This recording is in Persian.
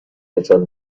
نشان